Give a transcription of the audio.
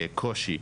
קושי,